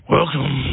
Welcome